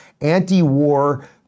anti-war